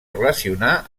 relacionar